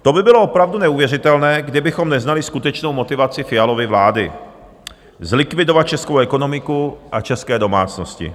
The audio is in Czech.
To by bylo opravdu neuvěřitelné, kdybychom neznali skutečnou motivaci Fialovy vlády zlikvidovat českou ekonomiku a české domácnosti.